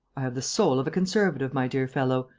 i have the soul of a conservative, my dear fellow,